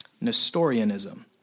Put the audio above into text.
Nestorianism